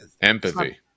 Empathy